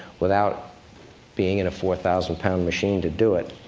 without being in a four thousand pound machine to do it.